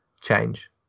change